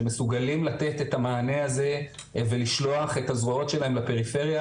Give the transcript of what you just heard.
שמסוגלים לתת את המענה הזה ולשלוח את הזרועות שלהם לפריפריה.